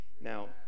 Now